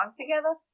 together